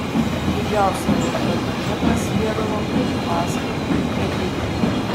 didžiausia ruoša namie prasidėdavo prieš paschą velykas